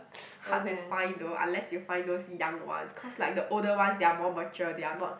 hard to find though unless you find those young ones cause like the older ones they are more mature they are not